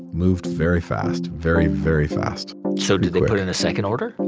moved very fast, very, very fast so did they put in a second order?